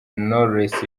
knowless